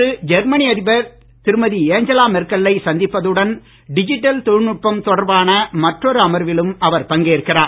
இன்று ஜெர்மனி அதிபர் திருமதி ஏஞ்சலா மெர்கலை சந்திப்பதுடன் டிஜிட்டல் தொழில்நுட்பம் தொடர்பான மற்றொரு அமர்விலும் அவர் பங்கேற்கிறார்